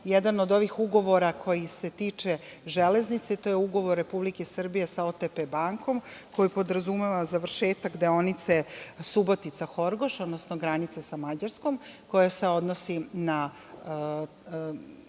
jedan od ovih ugovora koji se tiče železnice, to je ugovor Republike Srbije sa „OTP“ bankom, koji podrazumeva završetak deonice Subotica-Horgoš, odnosno granice sa Mađarskom, koja se odnosi na